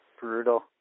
brutal